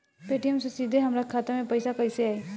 Paytm से सीधे हमरा खाता मे पईसा कइसे आई?